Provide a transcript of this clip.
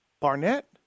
Barnett